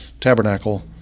tabernacle